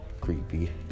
creepy